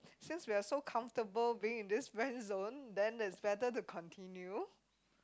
since we're so comfortable being in this Friendzone then that's better to continue